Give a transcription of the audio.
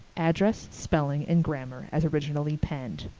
address, spelling, and grammar as originally penned.